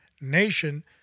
Nation